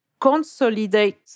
consolidate